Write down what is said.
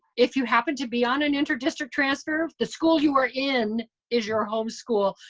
if you happen to be on an inter-district transfer, the school you are in is your home school,